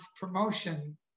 promotion